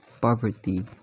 poverty